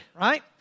right